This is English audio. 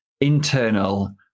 internal